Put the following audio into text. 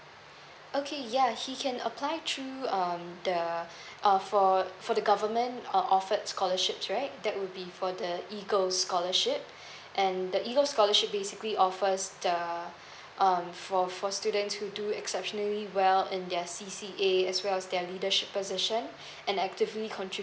okay ya he can apply through um the uh for for the government or offered scholarships right that will be for the eagle scholarship and the eagle scholarship basically offers the um for for students who do exceptionally well in their C_C_A as well as their leadership position and actively contribute